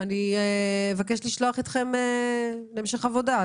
אני אבקש לשלוח אתכם להמשך עבודה.